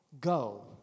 Go